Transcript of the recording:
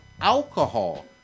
alcohol